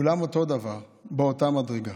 כולם אותו דבר, באותה מדרגה.